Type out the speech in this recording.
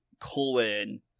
colon